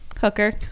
Hooker